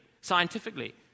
scientifically